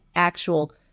actual